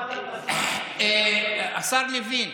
השר לוין,